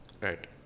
Right